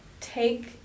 take